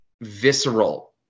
visceral